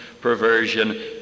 perversion